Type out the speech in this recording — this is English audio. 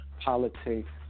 politics